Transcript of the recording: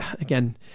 again